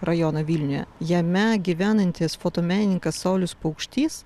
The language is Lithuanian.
rajoną vilniuje jame gyvenantis fotomenininkas saulius paukštys